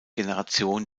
generation